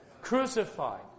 crucified